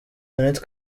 jeannette